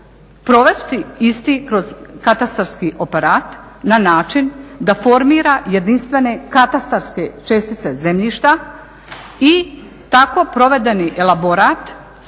provesti isti kroz katastarski operat na način da formira jedinstvene katastarske čestice zemljišta i tako provedeni elaborat skupa